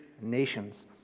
nations